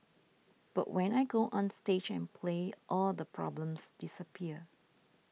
but when I go onstage and play all the problems disappear